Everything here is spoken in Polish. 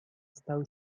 stał